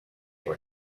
were